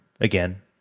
again